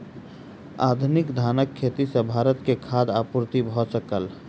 आधुनिक धानक खेती सॅ भारत के खाद्य आपूर्ति भ सकल